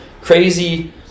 crazy